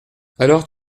alors